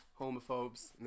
Homophobes